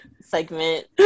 segment